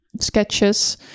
sketches